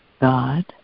God